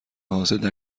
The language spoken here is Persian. حاضردر